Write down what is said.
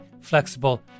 flexible